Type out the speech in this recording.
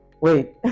wait